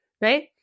right